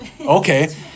Okay